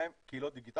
בהם קהילות דיגיטליות,